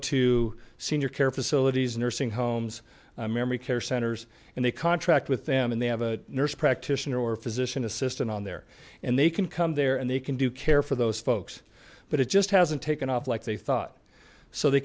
to senior care facilities nursing homes memory care centers and they contract with them and they have a nurse practitioner or physician assistant on there and they can come there and they can do care for those folks but it just hasn't taken off like they thought so they